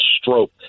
stroke